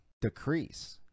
decrease